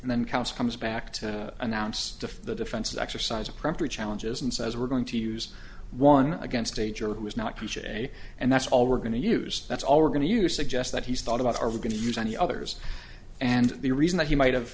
and then council comes back to announce if the defense exercises allergists and says we're going to use one against a juror who is not to say and that's all we're going to use that's all we're going to use suggest that he's thought about are we going to use any others and the reason that he might have